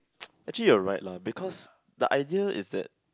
actually you are right lah because the idea is that